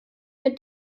mit